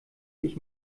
ich